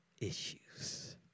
issues